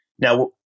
Now